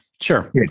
Sure